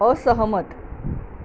असहमत